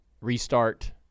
restart